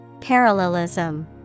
Parallelism